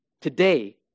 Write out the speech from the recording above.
today